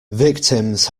victims